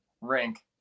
Rink